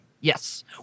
Yes